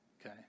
okay